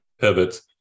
pivots